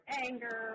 anger